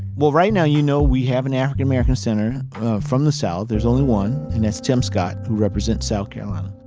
well, right now, you know, we have an african american senator from the south. there's only one. and that's tim scott, who represents south carolina.